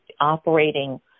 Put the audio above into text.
operating